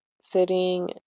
sitting